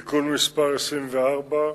(תיקון מס' 24),